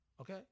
Okay